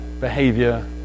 behavior